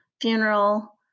funeral